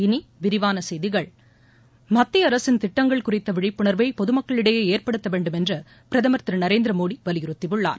இனி விரிவான செய்கிகள் மத்திய அரசின் திட்டங்கள் குறித்த விழிப்புணர்வை பொது மக்களிடையே ஏற்படுத்த வேண்டும் என்று பிரதமர் திரு நரேந்திர மோடி வலியுறுத்தியுள்ளார்